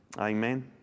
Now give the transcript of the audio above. Amen